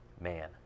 man